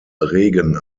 regen